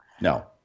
No